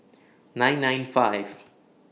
nine nine five